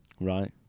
Right